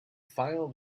file